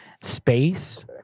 Space